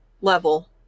level